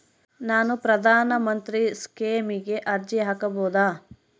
ನಾನು ಪ್ರಧಾನ ಮಂತ್ರಿ ಸ್ಕೇಮಿಗೆ ಅರ್ಜಿ ಹಾಕಬಹುದಾ?